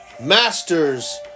masters